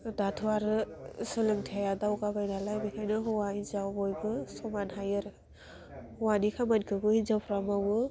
दाथ' आरो सोलोंथाइआ दावगाबाय नालाय बेखायनो हौवा हिन्जाव बयबो समान हायो आरो हवानि खामानिखौबो हिन्जावफ्रा मावो